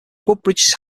woodbridge